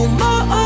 more